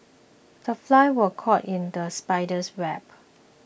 the fly was caught in the spider's web